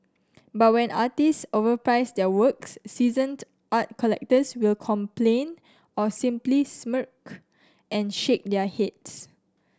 but when artists overprice their works seasoned art collectors will complain or simply smirk and shake their heads